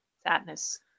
sadness